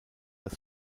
das